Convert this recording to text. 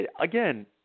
Again